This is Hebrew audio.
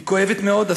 היא כואבת מאוד.